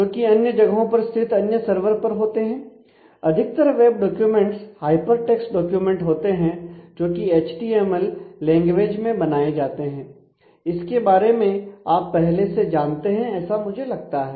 जोकि अन्य जगहों पर स्थित अन्य सर्वर पर होते हैं अधिकतर web documents hyper text document होते हैं जो कि html लैंग्वेज में बनाए जाते हैं इसके बारे में आप पहले से जानते हैं ऐसा मुझे लगता है